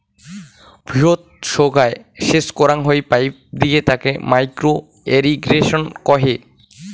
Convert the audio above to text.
ভুঁইয়ত সোগায় সেচ করাং হই পাইপ দিয়ে তাকে মাইক্রো ইর্রিগেশন কহে